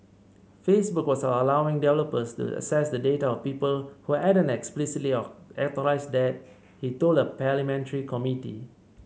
Facebook was allowing developers to access the data of people who hadn't explicitly of authorised that he told a parliamentary committee